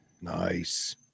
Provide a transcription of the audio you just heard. nice